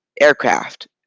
aircraft